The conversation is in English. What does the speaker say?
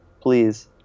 please